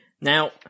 Now